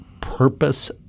purpose